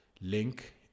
link